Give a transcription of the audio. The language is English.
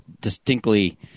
distinctly